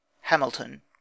Hamilton